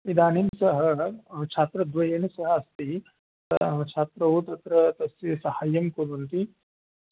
इदानीं सः छात्रद्वयेन सह अस्ति सः छात्रौ तत्र तस्य साहाय्यं कुर्वन्ति